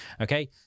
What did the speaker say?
Okay